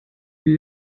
wie